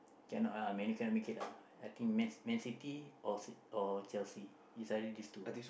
cannot ah Man-U cannot make it ah I think man Man-City or see or Chelsea is either these two